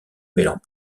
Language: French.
mêlant